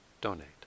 donate